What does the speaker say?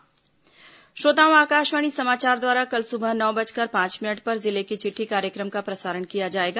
जिले की चिट्ठी श्रोताओं आकाशवाणी समाचार द्वारा कल सुबह नौ बजकर पांच मिनट पर जिले की चिट्ठी कार्यक्रम का प्रसारण किया जाएगा